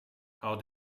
how